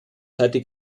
seite